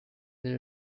there